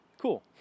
Cool